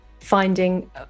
finding